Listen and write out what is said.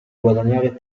guadagnare